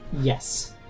Yes